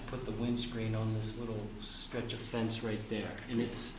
to put the windscreen on this little stretch of fence right there and it's